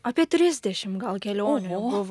apie trisdešim gal kelionių jau buvo